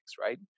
Right